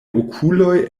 okuloj